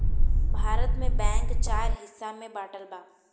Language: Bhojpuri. भारत में बैंक चार हिस्सा में बाटल बा